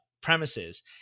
premises